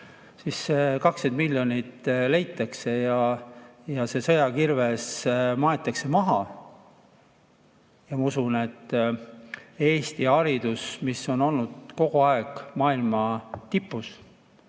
see 20 miljonit leitakse ja see sõjakirves maetakse maha. Ma usun, et Eesti haridus, mis on olnud kogu aeg maailma tipus,